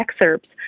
excerpts